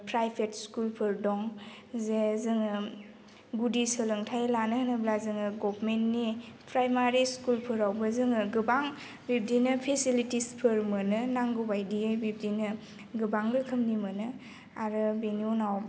private स्कुलफोर दं जे जोङो गुदि सोलोंथाइ लानो होनोब्ला जोङो गभमेन्टनि प्राइमारि स्कुलफोरावबो जोङो गोबां बिब्दिनो फेसिलेटिसफोर मोनो नांगौबायदि बिब्दिनो गोबां रोखोमनि मोनो आरो बेनि उनाव